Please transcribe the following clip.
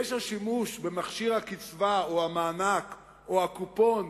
יש השימוש במכשיר הקצבה או המענק או הקופון